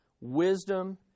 wisdom